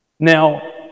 Now